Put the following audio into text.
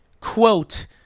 quote